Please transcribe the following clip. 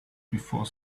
before